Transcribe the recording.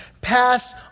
pass